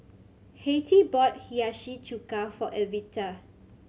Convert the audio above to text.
Hattie bought Hiyashi Chuka for Evita